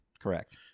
Correct